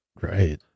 Right